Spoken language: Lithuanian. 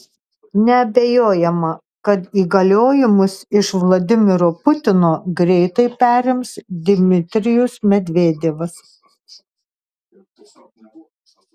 neabejojama kad įgaliojimus iš vladimiro putino greitai perims dmitrijus medvedevas